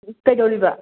ꯀꯩꯗꯧꯔꯤꯕ